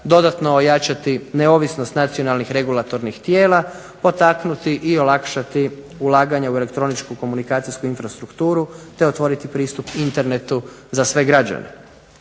dodatno ojačati neovisnost nacionalnih regulatornih tijela, potaknuti i olakšati ulaganja u elektroničku, komunikacijsku infrastrukturu, te otvoriti pristup internetu za sve građane.